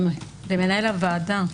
גם למנהל הוועדה,